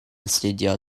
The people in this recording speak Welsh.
astudio